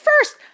first